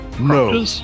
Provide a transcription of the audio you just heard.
No